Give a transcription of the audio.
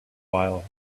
while